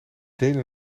deden